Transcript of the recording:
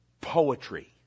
Poetry